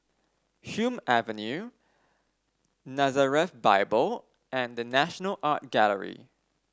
Hume Avenue Nazareth Bible and The National Art Gallery